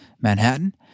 Manhattan